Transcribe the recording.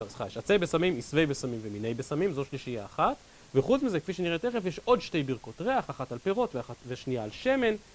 אז לך יש עצי בשמים, עשבי בשמים ומיני בשמים, זו שלישיה אחת וחוץ מזה כפי שנראה תכף יש עוד שתי ברכות ריח, אחת על פירות ושנייה על שמן